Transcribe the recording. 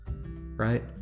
right